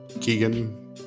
Keegan